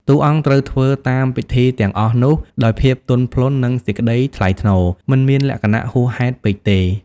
តួអង្គត្រូវធ្វើតាមពិធីទាំងអស់នោះដោយភាពទន់ភ្លន់ និងសេចក្តីថ្លៃថ្នូរ មិនមានលក្ខណៈហួសហេតុពេកទេ។